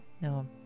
no